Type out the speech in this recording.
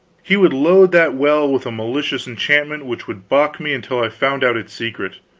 he would load that well with a malicious enchantment which would balk me until i found out its secret.